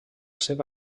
seva